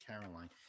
Caroline